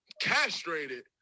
castrated